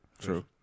True